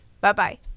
bye-bye